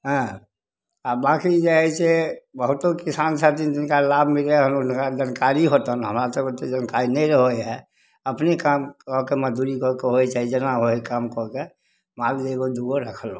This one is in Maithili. हँ आ बाँकी जे हइ से बहुतो किसान छथिन जिनका लाभ मिलल हइ हुनका जनकारी होतन हमरा तऽ ओते जनकारी नहि रहै हइ अपने काम कऽ के मजदूरी कऽके होइके चाही जेना होइ हइ काम कऽ कए माल एगो दूगो रखलहुॅं